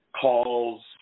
calls